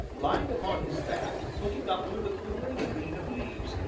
lying upon his back, looking up through the quivering green of leaves,